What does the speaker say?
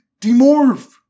demorph